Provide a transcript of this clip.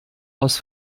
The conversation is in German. aus